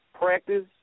practice